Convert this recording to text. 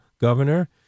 governor